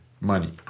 money